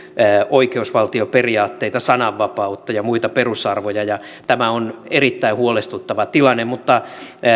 oikeusvaltioperiaatteita sananvapautta ja muita perusarvoja tämä on erittäin huolestuttava tilanne